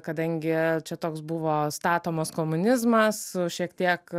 kadangi čia toks buvo statomas komunizmas šiek tiek